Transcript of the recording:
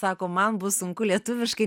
sako man bus sunku lietuviškai